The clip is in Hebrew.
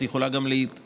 גם את יכולה להיכנס,